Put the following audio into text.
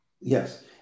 Yes